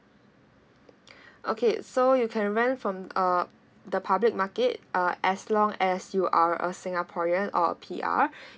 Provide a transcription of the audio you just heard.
okay so you can rent from uh the public market uh as long as you are a singaporean or P_R